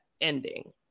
ending